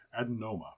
adenoma